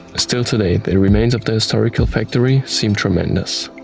still today, the remains of the historical factory seem tremendous.